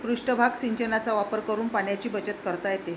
पृष्ठभाग सिंचनाचा वापर करून पाण्याची बचत करता येते